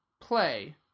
Play